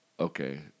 okay